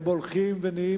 הם הולכים ונעשים